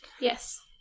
Yes